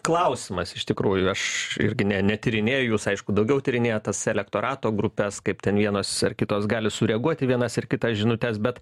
klausimas iš tikrųjų aš irgi ne netyrinėju jūs aišku daugiau tyrinėjat tas elektorato grupes kaip ten vienos ar kitos gali sureaguot į vienas ar kitas žinutes bet